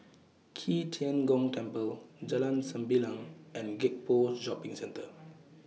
Qi Tian Gong Temple Jalan Sembilang and Gek Poh Shopping Centre